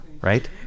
Right